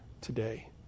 today